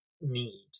need